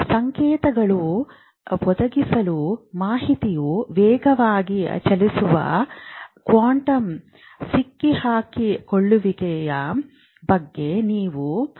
ಸಂಕೇತಗಳನ್ನು ಒದಗಿಸಲು ಮಾಹಿತಿಯು ವೇಗವಾಗಿ ಚಲಿಸುವ ಕ್ವಾಂಟಮ್ ಸಿಕ್ಕಿಹಾಕಿಕೊಳ್ಳುವಿಕೆಯ ಬಗ್ಗೆ ನೀವು ಕೇಳಿರಬಹುದು